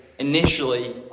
Initially